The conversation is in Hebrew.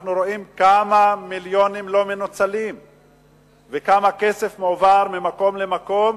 ואנחנו רואים כמה מיליונים לא מנוצלים וכמה כסף מועבר ממקום למקום